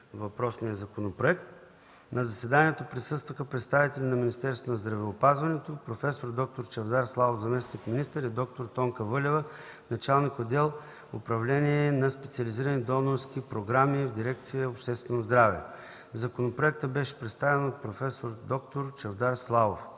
въпросния законопроект. На заседанието присъстваха представителите на Министерството на здравеопазването: проф. д-р Чавдар Славов – заместник-министър, и д-р Тонка Вълева – началник на отдел „Управление на специализирани донорски програми” в дирекция „Обществено здраве”. Законопроектът беше представен от проф. д-р Чавдар Славов.”